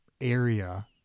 area